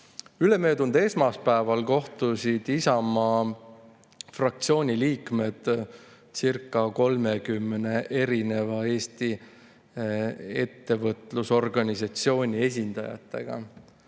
Ülemöödunud esmaspäeval kohtusid Isamaa fraktsiooni liikmedcirca30 Eesti ettevõtlusorganisatsiooni esindajaga.